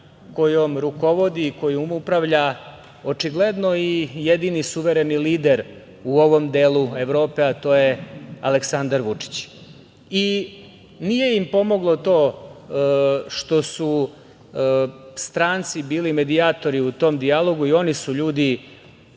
kojom rukovodi i kojom upravlja očigledno i jedini suvereni lider u ovom delu Evrope, a to je Aleksandar Vučić. Nije im pomoglo to što su stranci bili medijatori u tom dijalogu i oni su ljudi,